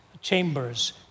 chambers